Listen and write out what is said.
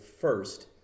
first